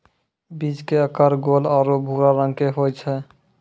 बीज के आकार गोल आरो भूरा रंग के होय छै